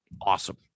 awesome